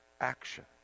action